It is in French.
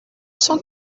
cent